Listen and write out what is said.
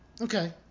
Okay